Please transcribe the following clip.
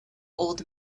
old